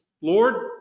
lord